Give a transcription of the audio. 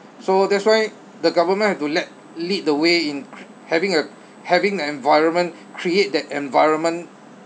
so that's why the government have to led lead the way in having a having an environment create that environment